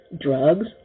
drugs